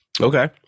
Okay